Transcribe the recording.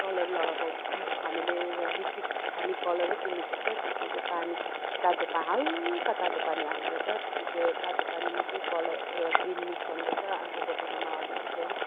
colour लगाएको हामीले एउटा लिक्विड खाने कलरै किन्नु पर्छ त्यसमा चाहिँ पानी तातो पा हल्का तातो पानी हाल्नु पर्छ त्यो त्यो तातो पानीमा त्यही कलर एउटा ग्रिन मिक्स गर्नु पर्छ अर्को बटुकामा हरियो के हरे